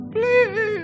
Please